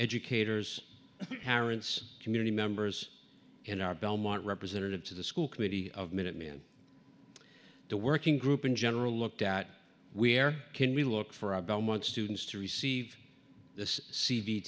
educators parents community members in our belmont representative to the school committee of minuteman the working group in general looked at where can we look for about a month students to receive this c v